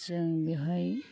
जों बेवहाय